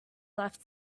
left